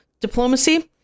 diplomacy